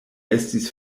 estis